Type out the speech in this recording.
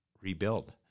rebuild